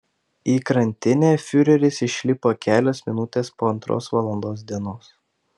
į krantinę fiureris išlipo kelios minutės po antros valandos dienos